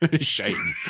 Shame